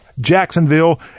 Jacksonville